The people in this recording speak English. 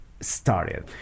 started